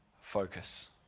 focus